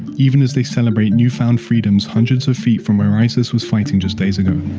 even as they celebrate new-found freedoms hundreds of feet from where isis was fighting just days ago.